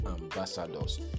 ambassadors